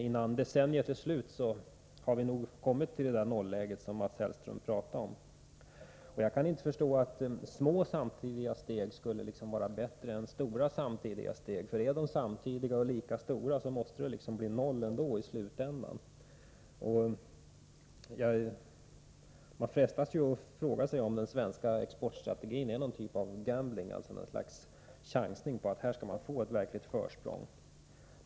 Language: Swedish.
Innan decenniet är slut har vi nog kommit till det där nolläget som Mats Hellström pratade om. Jag kan inte förstå att små samtidiga steg skulle vara bättre än stora samtidiga steg. Är de samtidiga och lika stora, måste det i slutändan bli noll. Man frestas att fråga sig om den svenska exportstrategin är någon typ av gambling, något slags chanstagning på att man här skall få ett verkligt försprång.